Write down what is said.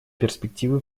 перспективы